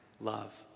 love